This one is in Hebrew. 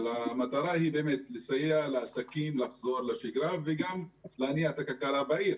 אבל המטרה היא לסייע לעסקים לחזור לשגרה וגם להניע את הכלכלה בעיר.